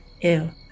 Ew